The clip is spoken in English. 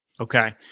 Okay